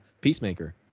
Peacemaker